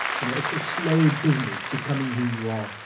you know, it's a slow business, becoming who you are.